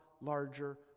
larger